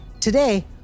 Today